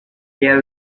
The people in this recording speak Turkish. diğer